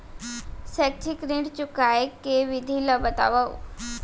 शैक्षिक ऋण चुकाए के विधि ला बतावव